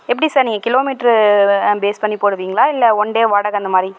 எப்படி சார் நீங்கள் kilometre base பண்ணி போடுவிங்களா இல்லை ஒன் டே வாடகை அந்த மாதிரி